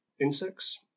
insects